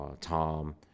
Tom